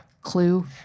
clue